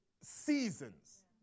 seasons